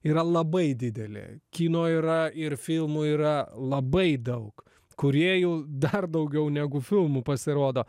yra labai didelė kino yra ir filmų yra labai daug kūrėjų dar daugiau negu filmų pasirodo